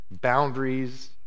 boundaries